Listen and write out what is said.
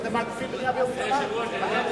בנייה בירושלים.